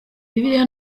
bibiliya